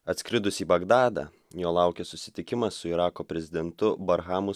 atskridusi į bagdadą jo laukė susitikimas su irako prezidentu barhamu